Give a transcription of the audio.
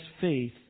faith